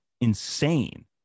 insane